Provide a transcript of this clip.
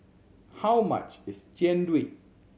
how much is Jian Dui